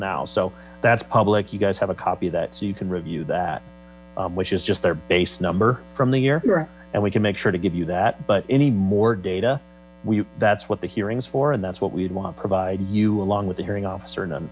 now so that's public you guys have a copy of that so you can review that which is just their base number from the year right and we can make sure to give you that but any more data that's what the hearings for and that's what we would want to provide you along with the hearing officer